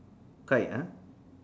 kite ah